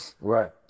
Right